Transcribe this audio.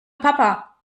papa